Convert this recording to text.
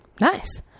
Nice